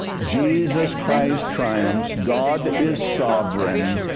jesus christ triumphs, god is sovereign,